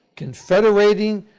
confederating,